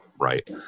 right